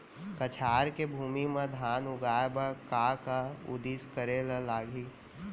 कछार के भूमि मा धान उगाए बर का का उदिम करे ला लागही?